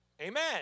Amen